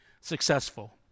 successful